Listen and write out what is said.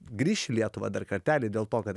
grįš į lietuvą dar kartelį dėl to kad